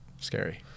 Scary